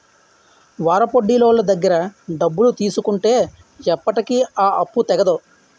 వారాపొడ్డీలోళ్ళ దగ్గర డబ్బులు తీసుకుంటే ఎప్పటికీ ఆ అప్పు తెగదు